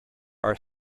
are